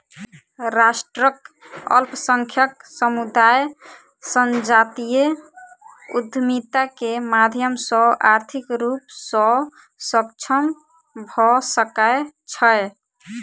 राष्ट्रक अल्पसंख्यक समुदाय संजातीय उद्यमिता के माध्यम सॅ आर्थिक रूप सॅ सक्षम भ सकै छै